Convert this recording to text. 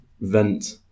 vent